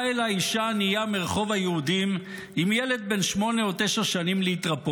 באה אליי אישה ענייה מרחוב היהודים עם ילד בן שמונה או תשע להתרפאות.